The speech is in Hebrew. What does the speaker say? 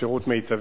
שירות מיטבי.